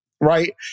right